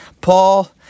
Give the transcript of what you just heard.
Paul